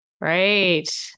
Right